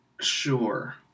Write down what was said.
sure